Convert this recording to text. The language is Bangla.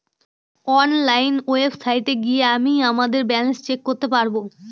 অনলাইন ওয়েবসাইটে গিয়ে আমিই আমাদের ব্যালান্স চেক করতে পারবো